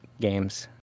games